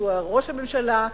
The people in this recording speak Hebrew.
ראש הממשלה,